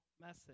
message